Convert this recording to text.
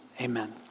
amen